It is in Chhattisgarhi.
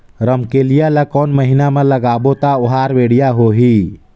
रमकेलिया ला कोन महीना मा लगाबो ता ओहार बेडिया होही?